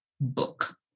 book